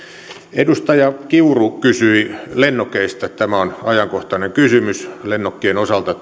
edustaja kiuru kysyi lennokeista tämä on ajankohtainen kysymys lennokkien osalta